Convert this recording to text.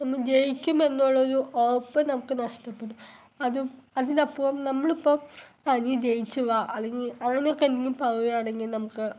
നമ്മൾ ജയിക്കും എന്നുള്ളൊരു ഉറപ്പ് നമുക്ക് നഷ്ടപ്പെടും അതും അതിനപ്പുറം നമ്മളിപ്പം ആ നീ ജയിച്ചു വാ അല്ലെങ്കിൾ അങ്ങനെ ഒക്കെ എന്തെങ്കിലും പറയുവാണെങ്കിൽ നമുക്ക്